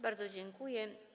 Bardzo dziękuję.